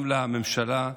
גם לממשלה: